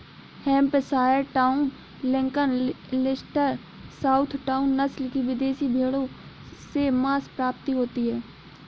Hampshire town, Lincoln, Leicester, south town, नस्ल की विदेशी भेंड़ों से माँस प्राप्ति होती है